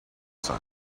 sun